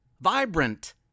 vibrant